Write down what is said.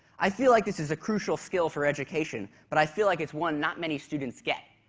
i feel like this is a crucial skill for education, but i feel like it's one not many students get,